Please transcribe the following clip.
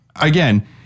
Again